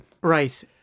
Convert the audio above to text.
right